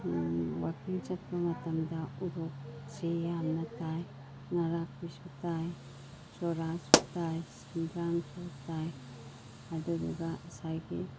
ꯋꯥꯛꯀꯤꯡ ꯆꯠꯄ ꯃꯇꯝꯗ ꯎꯔꯣꯛꯁꯨ ꯌꯥꯝꯅ ꯇꯥꯏ ꯉꯔꯥꯛꯄꯤꯁꯨ ꯇꯥꯏ ꯆꯣꯔꯥꯁꯨ ꯇꯥꯏ ꯁꯦꯟꯗ꯭ꯔꯥꯡꯁꯨ ꯇꯥꯏ ꯑꯗꯨꯗꯨꯒ ꯉꯁꯥꯏꯒꯤ